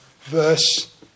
verse